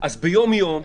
אז ביום יום,